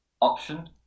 option